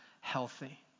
healthy